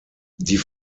die